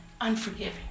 unforgiving